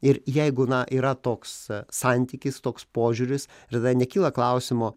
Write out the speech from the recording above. ir jeigu na yra toks santykis toks požiūris tada nekyla klausimo